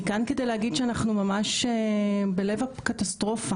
כאן כדי להגיד שאנחנו ממש בלב הקטסטרופה.